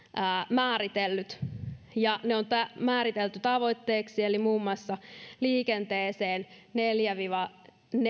määritellyt ne on määritelty tavoitteeksi eli muun muassa liikenteeseen neljä viiva